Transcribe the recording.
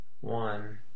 One